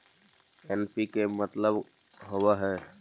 NPK मतलब का होव हइ?